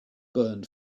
burned